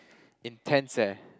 intense eh